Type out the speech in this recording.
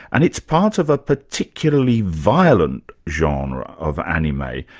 and it's part of a particularly violent genre of anime.